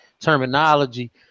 terminology